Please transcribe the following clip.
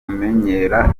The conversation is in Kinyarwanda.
kumenyera